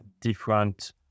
different